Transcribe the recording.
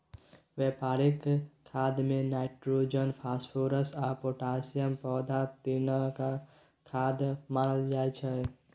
बेपारिक खादमे nitrogen, phosphorus आ पोटाशियमकेँ पैघ तीनटा खाद मानल जाइ छै